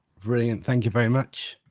brilliant, thank you very much.